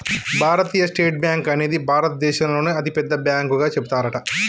భారతీయ state bank అనేది భారత దేశంలోనే అతి పెద్ద బ్యాంకు గా చెబుతారట